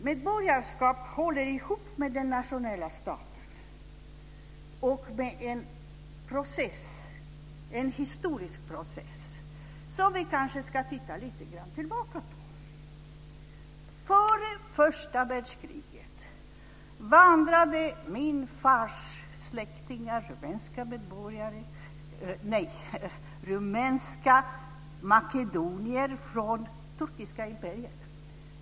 Medborgarskap hör ihop med den nationella staten och med en historisk process som vi kanske ska titta tillbaka på lite grann. Före första världskriget vandrade min fars släktingar, rumänska makedonier, från turkiska imperiet.